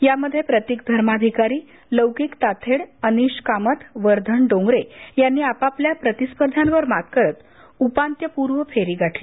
यामध्ये प्रतिक धर्माधिकारी लौकीक ताथेड अनिष कामथ वर्धन डोंगरे यांनी आपापल्या प्रतिस्पर्ध्यांवर मात करत उपांत्यपुर्व फेरी गाठली